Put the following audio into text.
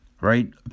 right